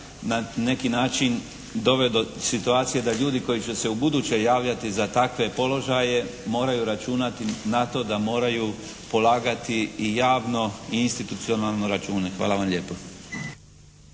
na neki način dovelo do situacije da ljudi koji će se ubuduće javljati za takve položaje moraju računati na to da moraju polagati i javno i institucionalno račune. Hvala vam lijepo.